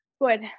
Good